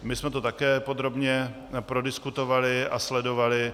My jsme to také podrobně prodiskutovali a sledovali.